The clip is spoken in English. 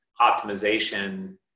optimization